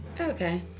Okay